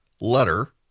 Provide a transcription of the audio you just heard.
letter